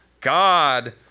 God